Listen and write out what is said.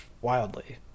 wildly